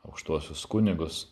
aukštuosius kunigus